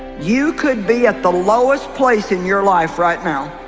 you could be at the lowest place in your life right now